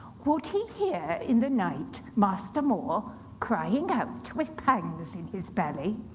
would he hear in the night master more crying out with pangs in his belly?